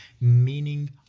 meaning